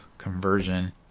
Conversion